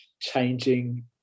changing